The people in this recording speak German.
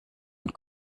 und